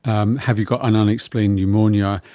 um have you got an unexplained pneumonia,